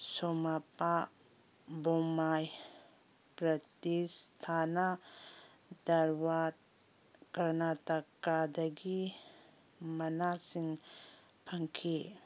ꯁꯣꯃꯥꯄꯥ ꯕꯣꯃꯥꯏ ꯄ꯭ꯔꯇꯤꯁ ꯊꯥꯅ ꯗꯥꯜꯋꯥꯠ ꯀꯥꯔꯅꯥꯇꯥꯀꯥꯗꯒꯤ ꯃꯅꯥꯁꯤꯡ ꯐꯪꯈꯤ